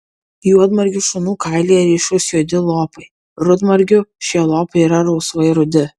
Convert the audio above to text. juodmargių šunų kailyje ryškūs juodi lopai rudmargių šie lopai yra rausvai rudi